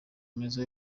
meza